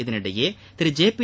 இதனிடையே திரு ஜேபி